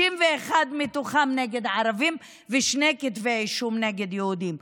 61 מתוכם נגד ערבים ושני כתבי אישום נגד יהודים.